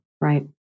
Right